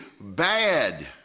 bad